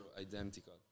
Identical